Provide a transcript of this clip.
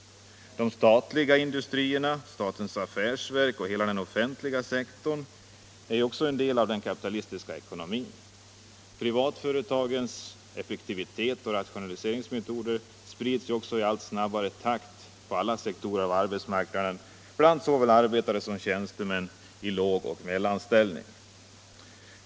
Statliga industrier, statens affärsverk och hela den offentliga sektorn är en del av den kapitalistiska ekonomin. Privatföretagens effektivitets och rationaliseringsmetoder sprids också i allt snabbare takt på alla sektorer av arbetsmarknaden bland såväl arbetare som tjänstemän i låg och mellanställning.